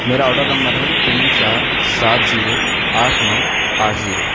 میرا order number ہے تین چار سات زیرو آٹھ نو آٹھ زیرو